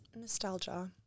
nostalgia